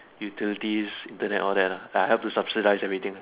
utilities internet all that ah I have to subsidies everything